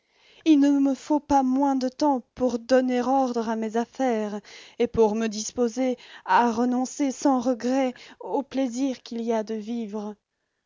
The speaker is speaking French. il ne me faut pas moins de temps pour donner ordre à mes affaires et pour me disposer à renoncer sans regret au plaisir qu'il y a de vivre